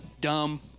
dumb